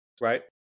right